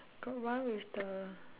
got one with the